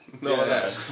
No